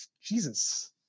Jesus